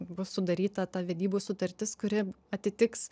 bus sudaryta ta vedybų sutartis kuri atitiks